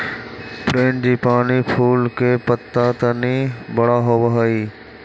frangipani फूल के पत्त्ता तनी बड़ा होवऽ हई